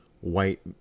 white